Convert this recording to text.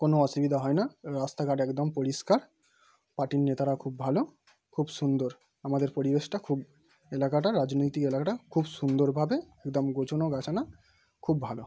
কোনো অসুবিধা হয় না রাস্তাঘাট একদম পরিষ্কার পার্টির নেতারা খুব ভালো খুব সুন্দর আমাদের পরিবেশটা খুব এলাকাটা রাজনৈতিক এলাকাটা খুব সুন্দরভাবে একদম গোছানোগাছানো খুব ভালো